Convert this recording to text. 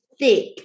thick